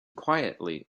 quietly